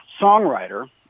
songwriter